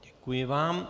Děkuji vám.